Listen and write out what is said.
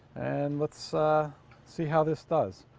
and let's see how this does.